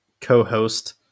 co-host